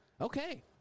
Okay